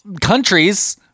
countries